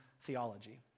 theology